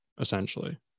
essentially